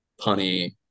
punny